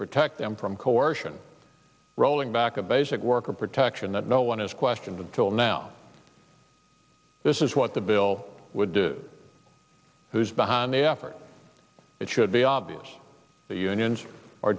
protect them from coercion rolling back a basic worker protection that no one has questioned until now this is what the bill would do who's behind the effort it should be obvious the unions are